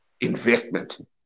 investment